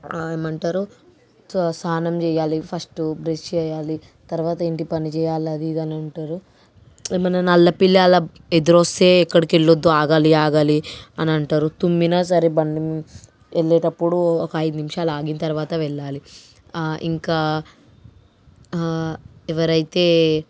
ఏమంటారు సా స్నానం చేయాలి ఫస్ట్ బ్రష్ చేయాలి తర్వాత ఇంటి పని చేయాలి అది ఇది అని అంటారు ఏమన్నా నల్లపిల్లి అలా ఎదురొస్తే ఎక్కడికెళ్లొద్దు ఆగాలి ఆగాలి అనంటారు తుమ్మినా సరే బండి మీద వెళ్ళేటప్పుడు ఒక ఐదు నిమిషాలు ఆగిన తర్వాత వెళ్ళాలి ఇంకా ఎవరైతే